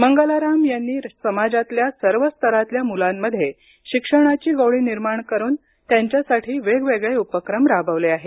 मंगलाराम यांनी समाजातल्या सर्व स्तरातल्या मुलांमध्ये शिक्षणाची गोडी निर्माण करून त्यांच्यासाठी वेगवेगळे उपक्रम राबवले आहेत